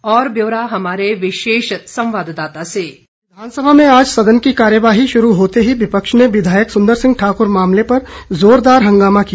और ब्यौरा हमारे विशेष संवाददाता से विधानसभा में आज सदन की कार्यवाही शुरू होते ही विपक्ष ने विधायक सुंदर सिंह ठाकुर मामले पर जोरदार हंगामा किया